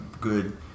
good